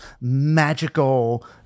magical